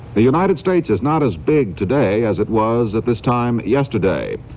the united states is not as big today as it was at this time yesterday.